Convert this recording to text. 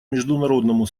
международному